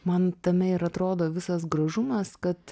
man tame ir atrodo visas gražumas kad